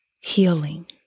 healing